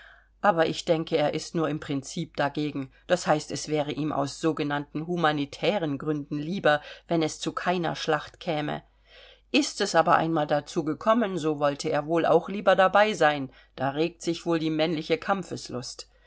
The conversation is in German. aber ich denke er ist nur im prinzip dagegen das heißt es wäre ihm aus sogenannten humanitären gründen lieber wenn es zu keiner schlacht käme ist es aber einmal dazu gekommen so wollte er wohl auch lieber dabei sein da regt sich wohl die männliche kampfeslust